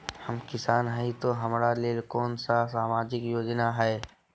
हम किसान हई तो हमरा ले कोन सा सामाजिक योजना है?